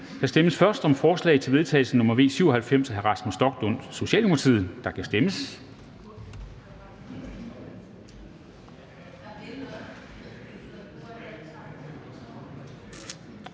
Der stemmes først om forslag til vedtagelse nr. V 97 af Rasmus Stoklund (S), og der kan stemmes.